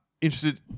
interested